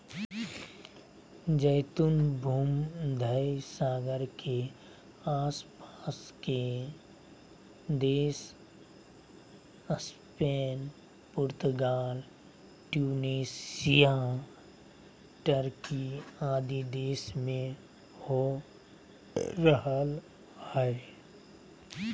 जैतून भूमध्य सागर के आस पास के देश स्पेन, पुर्तगाल, ट्यूनेशिया, टर्की आदि देश में हो रहल हई